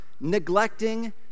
neglecting